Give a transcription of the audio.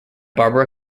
barbara